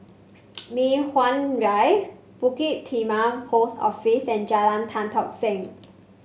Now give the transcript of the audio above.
Mei Hwan Drive Bukit Timah Post Office and Jalan Tan Tock Seng